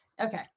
Okay